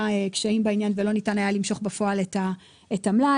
קשיים ולא ניתן היה למשוך בפועל את המלאי.